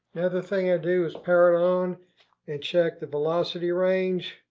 the other thing i do is power it on and check the velocity range.